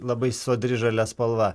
labai sodri žalia spalva